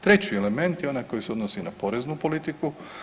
Treći element je onaj koji se odnosi na poreznu politiku.